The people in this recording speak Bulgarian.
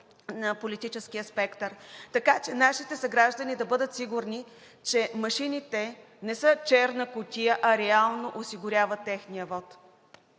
на политическия спектър, така че нашите съграждани да бъдат сигурни, че машините не са черна кутия, а реално осигурява техния вот.